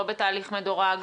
לא בתהליך מדורג,